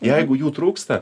jeigu jų trūksta